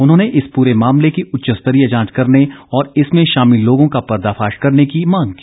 उन्होंने इस पूरे मामले की उच्च स्तरीय जांच करने और इसमें शामिल लोगों का पर्दाफाश करने की मांग की